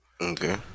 Okay